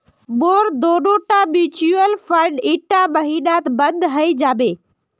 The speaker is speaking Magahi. मोर दोनोटा म्यूचुअल फंड ईटा महिनात बंद हइ जाबे